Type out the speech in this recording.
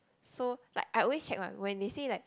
so like I always check my when they say like